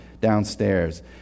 downstairs